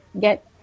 get